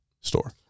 store